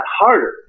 harder